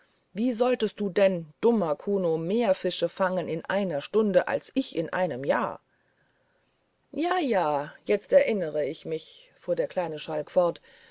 wie solltest du denn dummer kuno mehr fische fangen in einer stunde als ich in einem jahr ja ja jetzt erinnere ich mich fuhr der kleine schalk fort